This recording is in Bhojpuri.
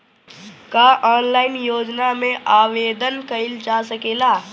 का ऑनलाइन योजना में आवेदन कईल जा सकेला?